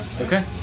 Okay